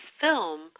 film